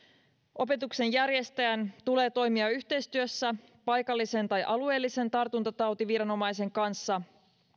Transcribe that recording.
opetuksen järjestäjän tulee toimia yhteistyössä paikallisen tai alueellisen tartuntatautiviranomaisen kanssa